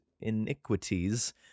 iniquities